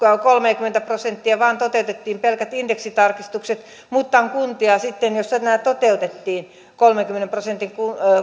kolmekymmentä prosenttia vaan toteutettiin pelkät indeksitarkistukset mutta sitten on kuntia joissa toteutettiin kolmenkymmenen prosentin